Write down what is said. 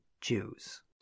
Jews